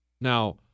Now